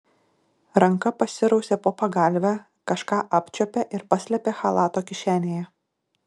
ranka pasirausė po pagalve kažką apčiuopė ir paslėpė chalato kišenėje